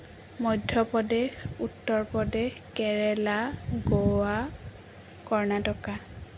Madhya Pradesh Uttar Pradesh Kerala Goa Karnataka